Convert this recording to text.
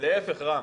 לא, להיפך, רם.